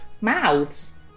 Mouths